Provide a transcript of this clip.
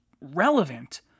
relevant